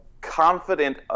confident